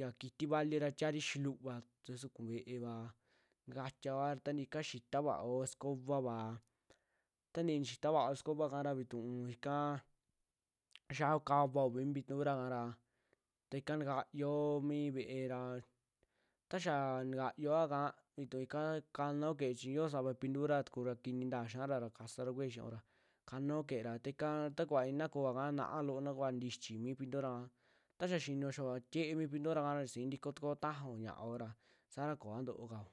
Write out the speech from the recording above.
ya kitii valira tiaari xintuvaa ta sukuu vee'eva, ntikaatiaoa tantií ika xitaa va'ao sukavaava, tanti'i nixita vaao sukova kara vituu ika kiya'ao kavao mi pintura kara ta ika ntikayuo mi vee'e ra ta xaa ntakayuoaka vituu ikaa kanaao ke'e chi yio savaa pintura tukura kinii ntaa xia'ara ra kasara kue'e xiora, kaanao ke'e ra ta ika taakuva i'ina kooaka naaloo na kooa ni'ichi mi pinturaa ta xiaa xinio xaa tie'e mi pinturaka sii ntiko tuko tajao ra saara kooa ntookao.